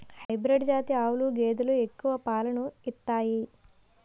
hybrid జాతి ఆవులు గేదెలు ఎక్కువ పాలను ఇత్తాయి